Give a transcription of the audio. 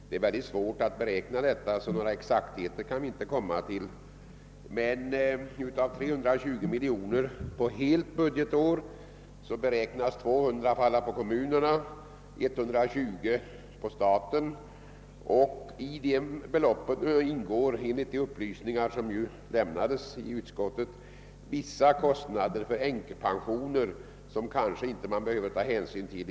Det är visserligen mycket svårt att fullt exakt beräkna detta, men av 320 miljoner kronor på helt budgetår beräknas 200 miljoner kronor falla på kommunerna och 120 miljoner på staten. Enligt de upplysningar som lämnades i utskottet ingår i detta belopp vissa kostnader för änkepensioner som det är oklart om man i detta fall behöver ta hänsyn till.